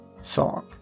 song